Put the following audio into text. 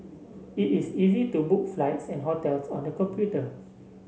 it is easy to book flights and hotels on the computer